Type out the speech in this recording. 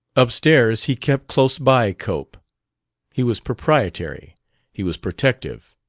upstairs he kept close by cope he was proprietary he was protective.